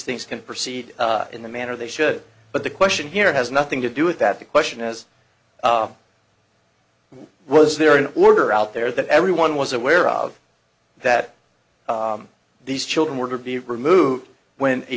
things can proceed in the manner they should but the question here has nothing to do with that the question is was there an order out there that everyone was aware of that these children were to be removed when